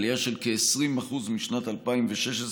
עלייה של כ-20% משנת 2016,